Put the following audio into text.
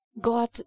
God